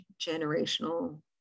generational